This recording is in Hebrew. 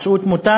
מצאו את מותם.